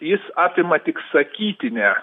jis apima tik sakytinę